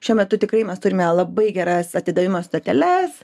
šiuo metu tikrai mes turime labai geras atidavimo stoteles